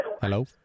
hello